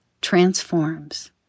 transforms